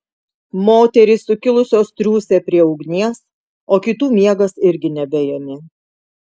moterys sukilusios triūsė prie ugnies o kitų miegas irgi nebeėmė